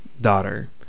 daughter